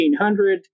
1800